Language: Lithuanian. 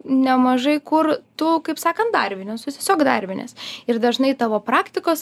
nemažai kur tu kaip sakant darbinies tu tiesiog darbinies ir dažnai tavo praktikos